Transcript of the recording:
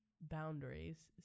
boundaries